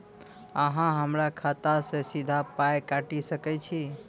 अहॉ हमरा खाता सअ सीधा पाय काटि सकैत छी?